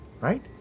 Right